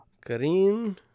Karim